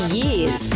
years